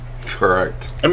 Correct